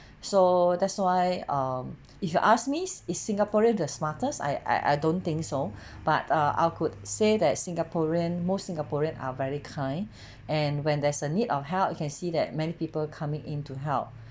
so that's why um if you ask me is singaporean the smartest I I I don't think so but uh I could say that singaporean most singaporean are very kind and when there is a need of help you can see that many people coming in to help